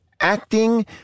acting